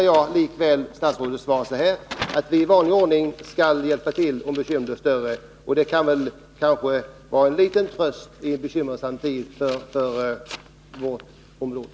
Jag tolkar statsrådets svar så, att man i vanlig ordning skall hjälpa till om bekymren blir större. Det kan väl vara en liten tröst i en bekymmersam tid för vårt område.